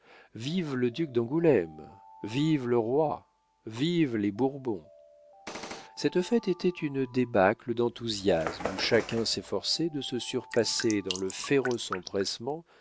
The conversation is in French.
vive le duc d'angoulême vive le roi vivent les bourbons cette fête était une débâcle d'enthousiasme où chacun s'efforçait de se surpasser dans le féroce empressement